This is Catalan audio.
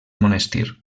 monestir